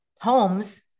homes